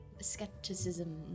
skepticism